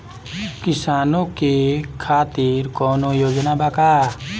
किसानों के खातिर कौनो योजना बा का?